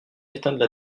éteindre